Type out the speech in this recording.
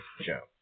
Joe